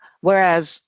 whereas